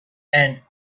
and